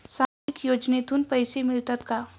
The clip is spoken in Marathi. सामाजिक योजनेतून पैसे मिळतात का?